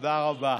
תודה רבה.